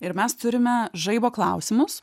ir mes turime žaibo klausimus